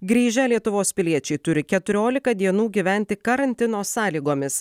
grįžę lietuvos piliečiai turi keturiolika dienų gyventi karantino sąlygomis